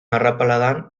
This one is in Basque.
arrapaladan